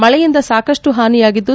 ಮಳೆಯಿಂದ ಸಾಕಷ್ಟು ಹಾನಿಯಾಗಿದ್ದು